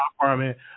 apartment